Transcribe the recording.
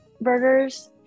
burgers